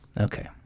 okay